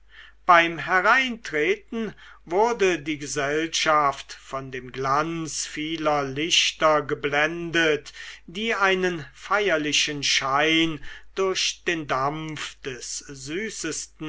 beim hereintreten wurde die gesellschaft von dem glanz vieler lichter geblendet die einen feierlichen schein durch den dampf des süßesten